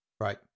Right